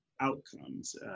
outcomes